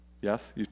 Yes